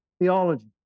theology